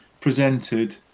presented